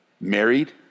Married